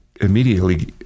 immediately